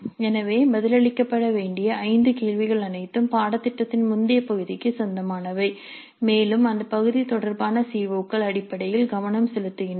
எனவே பதிலளிக்கப்பட வேண்டிய 5 கேள்விகள் அனைத்தும் பாடத்திட்டத்தின் முந்தைய பகுதிக்கு சொந்தமானவை மேலும் அந்த பகுதி தொடர்பான சிஓக்கள் அடிப்படையில் கவனம் செலுத்துகின்றன